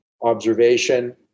observation